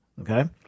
okay